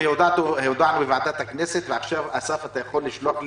הודענו בוועדת הכנסת ועכשיו אתה יכול לשלוח לי,